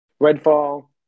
Redfall